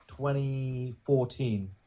2014